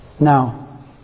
now